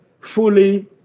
fully